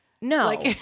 No